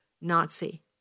Nazi